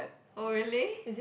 oh really